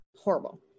horrible